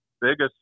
biggest